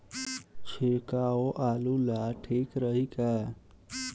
छिड़काव आलू ला ठीक रही का?